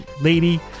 Lady